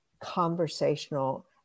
conversational